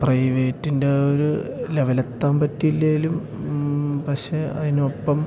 പ്രൈവേറ്റിൻ്റ ഒരു ലെവലെത്താൻ പറ്റീല്ലേലും പക്ഷേ അതിനൊപ്പം